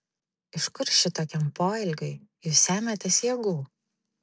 iš kur šitokiam poelgiui jūs semiatės jėgų